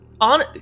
on